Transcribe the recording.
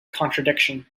contradiction